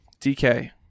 DK